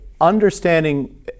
understanding